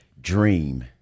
Dream